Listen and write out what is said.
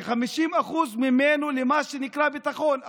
ש-50% ממנו למה שנקרא ביטחון,